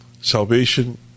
salvation